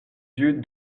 yeux